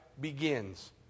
begins